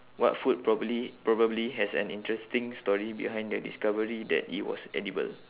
what food probably probably has an interesting story behind the discovery that it was edible